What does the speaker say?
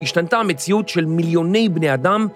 השתנתה המציאות של מיליוני בני אדם